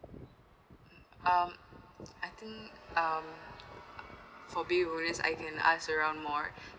um I think um for baby bonus I can ask around more